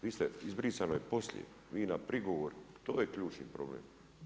Vi ste, izbrisano je poslije, vi na prigovor, to je ključni problem.